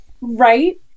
Right